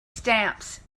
stamps